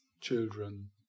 children